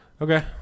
Okay